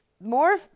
more